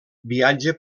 viatja